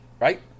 right